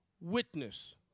witness